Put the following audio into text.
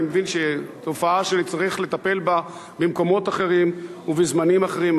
אני מבין שזו תופעה שצריך לטפל בה במקומות אחרים ובזמנים אחרים,